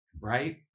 right